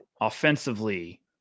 offensively